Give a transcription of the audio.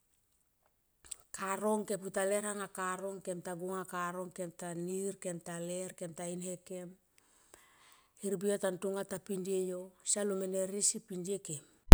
Karong kema puta leranga karong, kem ta gua anga karong kem ta nir kem taler kem ta in he kem. Hermbi yo ta tonga ta pindie yo siam lo mene riese pin die kem